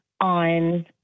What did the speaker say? on